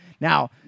Now